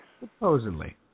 Supposedly